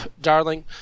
Darling